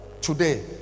Today